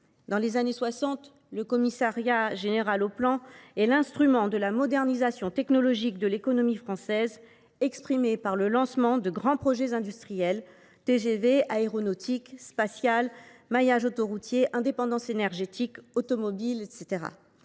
Dans les années 1960, cette structure est l’instrument de la modernisation technologique de l’économie française, concrétisée par le lancement de grands projets industriels : TGV, aéronautique, spatial, maillages autoroutiers, indépendance énergétique, automobile, etc.